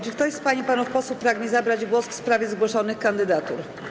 Czy ktoś z pań i panów posłów pragnie zabrać głos w sprawie zgłoszonych kandydatur?